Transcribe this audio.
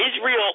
Israel